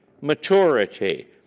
maturity